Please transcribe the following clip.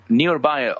nearby